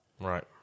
Right